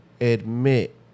admit